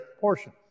portion